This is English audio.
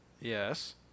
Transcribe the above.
yes